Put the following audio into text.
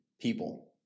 people